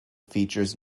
features